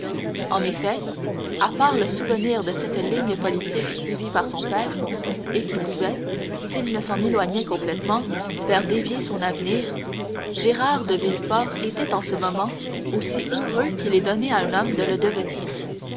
en effet à part le souvenir de cette ligne politique suivie par son père et qui pouvait s'il ne s'en éloignait complètement faire dévier son avenir gérard de villefort était en ce moment aussi heureux qu'il est donné à un homme de le devenir